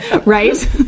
right